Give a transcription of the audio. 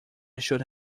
should